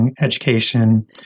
education